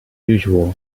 usual